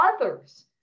others